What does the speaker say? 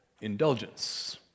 indulgence